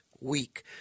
week